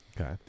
Okay